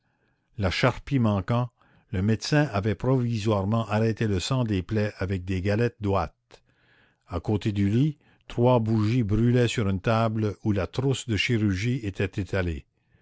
la charpie manquant le médecin avait provisoirement arrêté le sang des plaies avec des galettes d'ouate à côté du lit trois bougies brûlaient sur une table où la trousse de chirurgie était étalée